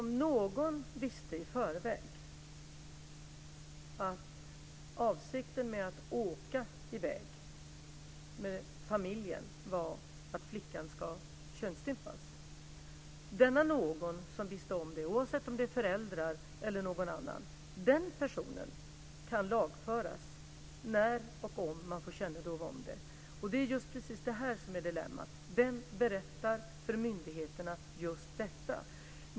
Om någon i förväg vet om att avsikten med att åka i väg med familjen är att flickan ska könsstympas så kan denna person, oavsett om det är en förälder eller någon annan, lagföras när och om man får kännedom om detta. Det är just precis detta som är dilemmat. Vem berättar för myndigheterna just detta?